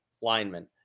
lineman